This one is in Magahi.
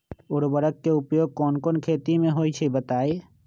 उर्वरक के उपयोग कौन कौन खेती मे होई छई बताई?